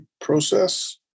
process